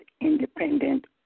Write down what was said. independent